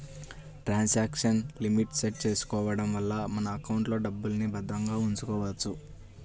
transaction limit set చేసుకోడం వల్ల మన ఎకౌంట్లో డబ్బుల్ని భద్రంగా ఉంచుకోవచ్చు